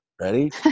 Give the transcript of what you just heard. Ready